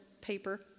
paper